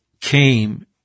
came